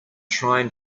trying